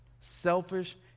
selfish